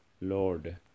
Lord